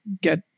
get